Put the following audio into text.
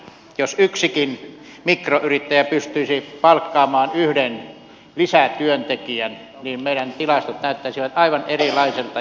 jos yksikin mikroyrittäjä pystyisi palkkaamaan yhden lisätyöntekijän niin meidän tilastomme näyttäisivät aivan erilaisilta